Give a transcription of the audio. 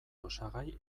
osagai